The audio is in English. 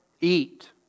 Eat